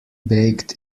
baked